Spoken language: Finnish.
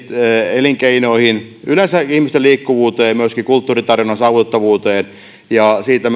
elinkeinoihin yleensäkin ihmisten liikkuvuuteen ja myöskin kulttuuritarjonnan saavutettavuuteen ja siitä